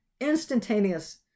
instantaneous